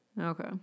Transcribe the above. Okay